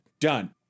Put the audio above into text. done